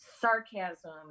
sarcasm